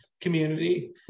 community